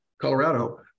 Colorado